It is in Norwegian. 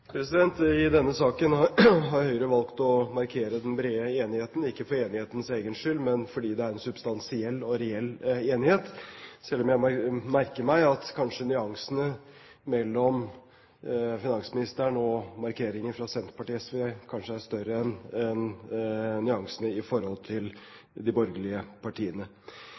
I denne saken har Høyre valgt å markere den brede enigheten – ikke for enighetens egen skyld, men fordi det er en substansiell og reell enighet, selv om jeg merker meg at nyansene mellom finansministeren og markeringen fra Senterpartiet og SV kanskje er større enn nyansene hos de borgerlige partiene.